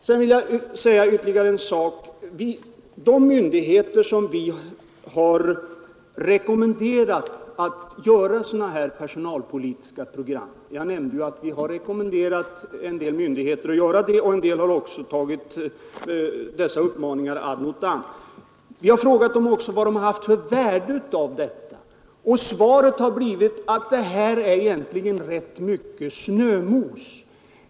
Jag nämnde att vi rekommenderat en del myndigheter att göra upp personalpolitiska program och att en del också tagit dessa uppmaningar ad notam, Vi har frågat dem om vilket värde de funnit i detta. Svaret har då blivit att det är fråga om rätt mycket ”snömos”.